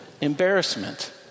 embarrassment